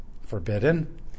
forbidden